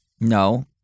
No